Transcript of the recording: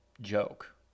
joke